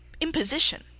Imposition